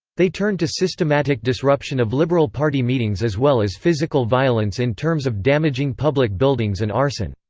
they turned to systematic disruption of liberal party meetings as well as physical violence in terms of damaging public buildings and arson.